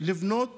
לבנות